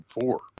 four